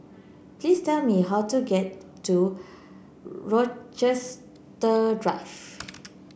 please tell me how to get to Rochester Drive